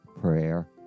prayer